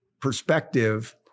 perspective